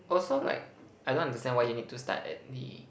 also like I don't understand why you need to start at the